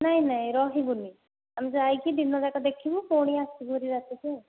ନାଇ ନାଇ ରହିବୁନି ଆମେ ଯାଇକି ଦିନଯାକ ଦେଖିବୁ ପୁଣି ଆସିବୁ ଭାରି ରାତିକୁ ଆଉ